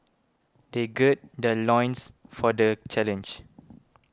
they gird their loins for the challenge